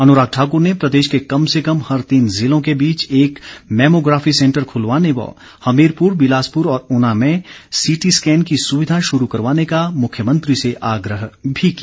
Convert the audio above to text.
अनुराग ठाकुर ने प्रदेश के कम से कम हर तीन जिलों के बीच एक मैमोग्राफी सेंटर खुलवाने व हमीरपुर बिलासपुर और ऊना में सीटी स्कैन की सुविधा शुरू करवाने का मुख्यमंत्री से आग्रह भी किया